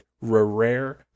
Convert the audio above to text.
rare